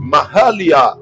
Mahalia